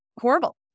horrible